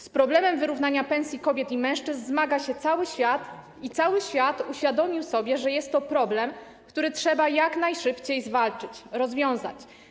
Z problemem wyrównania pensji kobiet i mężczyzn zmaga się cały świat i cały świat uświadomił sobie, że jest to problem, który trzeba jak najszybciej zwalczyć, rozwiązać.